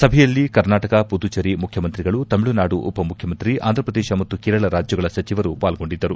ಸಭೆಯಲ್ಲಿ ಕರ್ನಾಟಕ ಪುದುಚೆರಿ ಮುಖ್ಯಮಂತ್ರಿಗಳು ತಮಿಳುನಾಡು ಉಪ ಮುಖ್ಯಮಂತ್ರಿ ಆಂಧಪ್ರದೇಶ ಮತ್ತು ಕೇರಳ ರಾಜ್ಯಗಳ ಸಚಿವರು ಪಾಲ್ಗೊಂಡಿದ್ದರು